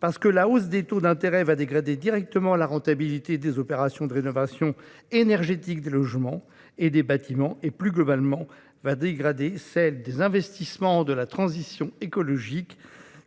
parce que la hausse des taux d'intérêt va dégrader directement la rentabilité des opérations de rénovation énergétique des logements et des bâtiments ; elle va plus globalement détériorer la rentabilité des investissements de la transition écologique